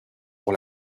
pour